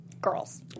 girls